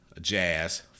Jazz